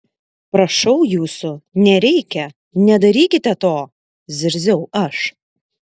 prašau jūsų nereikia nedarykite to zirziau aš